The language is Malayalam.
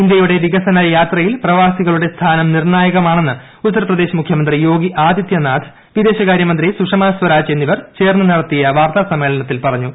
ഇന്ത്യയുടെ വികസന യാത്രയിൽ പ്രവാസികളുടെ സ്ഥാനം നിർണ്ണായകമാണെന്ന് ഉത്തർപ്രദേശ് മുഖ്യമന്ത്രി യോഗി ആദിത്യനാഥ് വിദേശകാരൃ മന്ത്രി സുഷമാ സ്വരാജ് എന്നിവർ ചേർന്ന് നടത്തിയ വാർത്താസമ്മേളനത്തിൽ പറഞ്ഞു